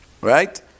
Right